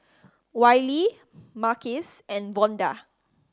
Wylie Marquez and Vonda